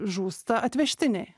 žūsta atvežtiniai